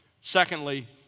Secondly